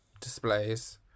displays